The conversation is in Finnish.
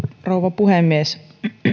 rouva puhemies